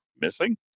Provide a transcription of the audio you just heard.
missing